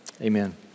amen